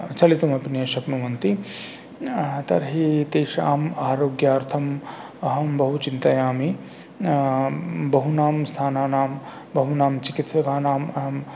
चलितुम् अपि न शक्नुवन्ति तर्हि तेषाम् आरोग्यार्थम् अहं बहु चिन्तयामि बहूनां स्थानानां बहूनां चिकित्सकानाम् अहं